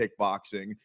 kickboxing